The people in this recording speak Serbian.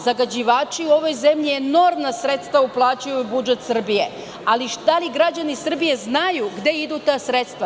Zagađivači u ovoj zemlji enormna sredstva uplaćuju u budžet Srbije, ali da li građani Srbije znaju gde idu ta sredstva?